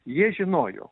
jie žinojo